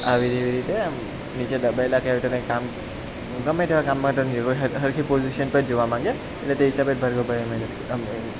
આવી તેવી રીતે એમ નીચે દબાયેલા કે આવી તે કંઈ કામ ગમે તેવા કામમાં તો નહીં સરખી પોજીસન પર જોવા માગે ને તે હિસાબે ભાર્ગવભાઈએ મહેનત આમ